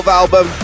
album